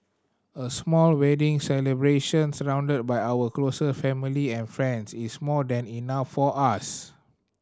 a small wedding celebration surrounded by our closest family and friends is more than enough for us